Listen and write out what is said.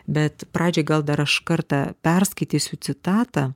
bet pradžiai gal dar aš kartą perskaitysiu citatą